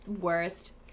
worst